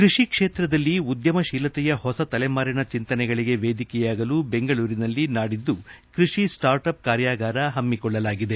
ಕೃಷಿ ಕ್ಷೇತ್ರದಲ್ಲಿ ಉದ್ಯಮ ಶೀಲತೆಯ ಹೊಸ ತಲೆಮಾರಿನ ಚಿಂತನೆಗಳಿಗೆ ವೇದಿಕೆಯಾಗಲು ಬೆಂಗಳೂರಿನಲ್ಲಿ ನಾಡಿದ್ದು ಕೃಷಿ ಸ್ಟಾಟ್ ಅಫ್ ಕಾರ್ಯಗಾರ ಹಮ್ಮಿಕೊಳ್ಳಲಾಗಿದೆ